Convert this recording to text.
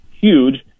huge